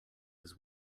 his